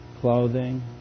clothing